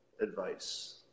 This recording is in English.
advice